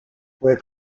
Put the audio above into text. where